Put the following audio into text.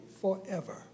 Forever